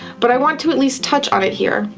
but i wanted to at least touch on it here.